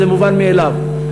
שזה מובן מאליו.